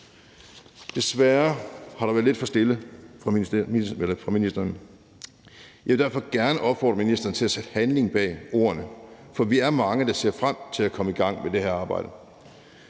Desværre har ministeren været lidt for stille. Jeg vil derfor gerne opfordre ministeren til at sætte handling bag ordene, for vi er mange, der ser frem til at komme i gang med det her arbejde.